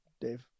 Dave